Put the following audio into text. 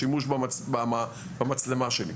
שימוש במצלמה שלי.